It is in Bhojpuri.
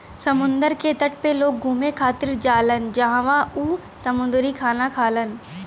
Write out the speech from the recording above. समुंदर के तट पे लोग घुमे खातिर जालान जहवाँ उ समुंदरी खाना खालन